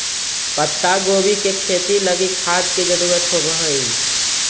पत्तागोभी के खेती लागी खाद के जरूरत होब हई